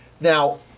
Now